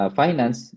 finance